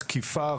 תקיפה,